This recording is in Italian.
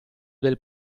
del